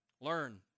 Learn